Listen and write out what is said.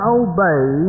obey